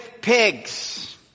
pigs